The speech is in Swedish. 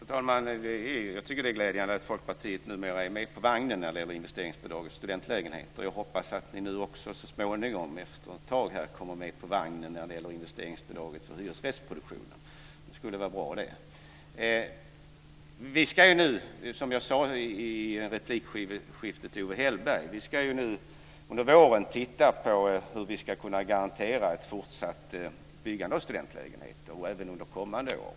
Fru talman! Jag tycker att det är glädjande att Folkpartiet numera är med på vagnen när det gäller investeringsbidrag till studentlägenheter. Och jag hoppas att ni i Folkpartiet också så småningom kommer med på vagnen när det gäller invsteringsbidraget till hyresrättsproduktionen. Det skulle vara bra. Vi ska nu, som jag sade i replikskiftet till Owe Hellberg, under våren titta på hur vi ska kunna garantera ett fortsatt byggande av studentlägenheter även under kommande år.